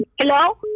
Hello